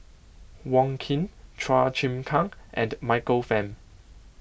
Wong Keen Chua Chim Kang and Michael Fam